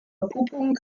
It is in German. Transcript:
verpuppung